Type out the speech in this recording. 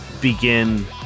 begin